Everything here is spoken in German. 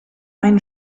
einen